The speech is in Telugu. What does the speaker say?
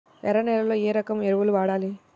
ఎర్ర నేలలో ఏ రకం ఎరువులు వాడాలి?